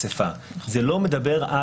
יש אסיפה נדחית שמתכנסת בתוך שבועיים,